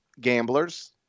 Gamblers